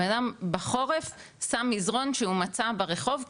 הבנאדם בחורף שם מזרון שהוא מצא ברחוב,